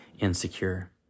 insecure